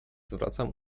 zwracam